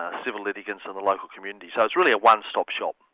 ah civil litigants of the local community. so it's really a one-stop shop.